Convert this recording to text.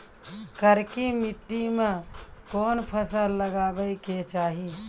करकी माटी मे कोन फ़सल लगाबै के चाही?